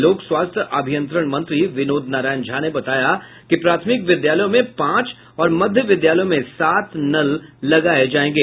लोक स्वास्थ्य अभियंत्रण मंत्री विनोद नारायण झा ने बताया कि प्राथमिक विद्यालयों में पांच और मध्य विद्यालयों में सात नल लगाये जायेंगे